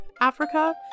Africa